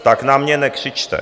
Tak na mě nekřičte.